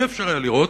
אי-אפשר היה לראות,